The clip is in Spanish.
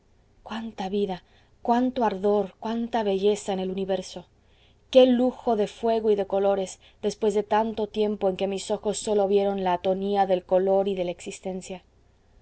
cuánta vida cuánto ardor cuánta belleza en el universo qué lujo de fuego y de colores después de tanto tiempo en que mis ojos sólo vieron la atonía del color y de la existencia